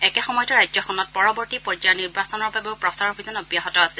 একে সময়তে ৰাজ্যখনত পৰৱৰ্তী পৰ্যায়ৰ নিৰ্বাচনৰ বাবেও প্ৰচাৰ অভিযান অব্যাহত আছে